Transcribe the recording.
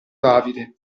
davide